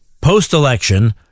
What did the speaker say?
post-election